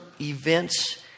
events